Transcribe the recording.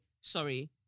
Sorry